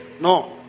no